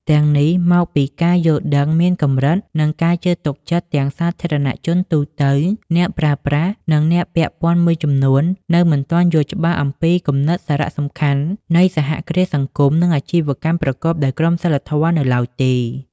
ទាំងនេះមកពីការយល់ដឹងមានកម្រិត និងការជឿទុកចិត្តទាំងសាធារណជនទូទៅ អ្នកប្រើប្រាស់ និងអ្នកពាក់ព័ន្ធមួយចំនួននៅមិនទាន់យល់ច្បាស់អំពីគំនិតសារៈសំខាន់នៃសហគ្រាសសង្គម និងអាជីវកម្មប្រកបដោយក្រមសីលធម៌នៅឡើយទេ ។